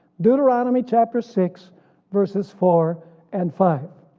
deuteronomy chapter six verses four and five.